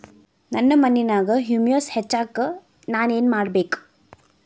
ನನ್ನ ಮಣ್ಣಿನ್ಯಾಗ್ ಹುಮ್ಯೂಸ್ ಹೆಚ್ಚಾಕ್ ನಾನ್ ಏನು ಮಾಡ್ಬೇಕ್?